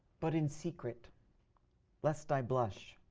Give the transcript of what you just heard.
but in secret lest thy blush,